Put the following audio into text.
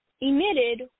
emitted